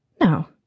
No